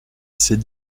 c’est